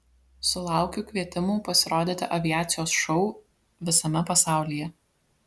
sulaukiu kvietimų pasirodyti aviacijos šou visame pasaulyje